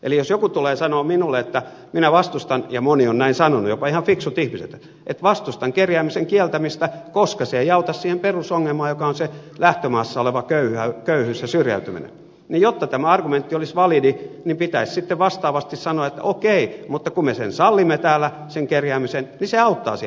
eli jos joku tulee sanomaan minulle että minä vastustan ja moni on näin sanonut jopa ihan fiksut ihmiset kerjäämisen kieltämistä koska se ei auta siihen perusongelmaan joka on se lähtömaassa oleva köyhyys ja syrjäytyminen niin jotta tämä argumentti olisi validi pitäisi sitten vastaavasti sanoa että okei mutta kun me sallimme täällä sen kerjäämisen niin se auttaa siihen perusongelmaan